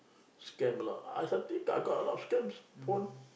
scam a lot ah I got a lot of scams phone